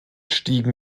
stiegen